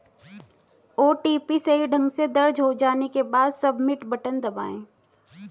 OTP सही ढंग से दर्ज हो जाने के बाद, सबमिट बटन दबाएं